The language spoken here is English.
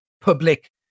public